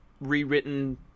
rewritten